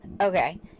Okay